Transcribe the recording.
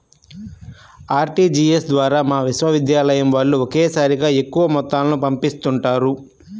RTGS ద్వారా మా విశ్వవిద్యాలయం వాళ్ళు ఒకేసారిగా ఎక్కువ మొత్తాలను పంపిస్తుంటారు